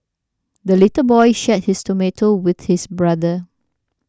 the little boy shared his tomato with his brother